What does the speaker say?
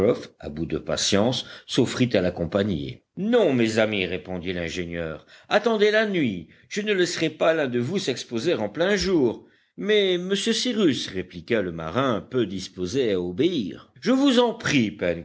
à bout de patience s'offrit à l'accompagner non mes amis répondit l'ingénieur attendez la nuit je ne laisserai pas l'un de vous s'exposer en plein jour mais monsieur cyrus répliqua le marin peu disposé à obéir je vous en prie